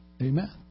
Amen